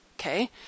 okay